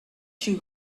two